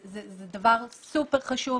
זה דבר סופר חשוב.